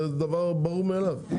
זה דבר ברור מאליו,